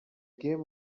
game